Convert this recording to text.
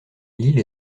lille